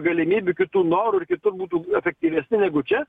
galimybių kitų norų ir kitur būtų efektyvesni negu čia